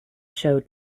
showed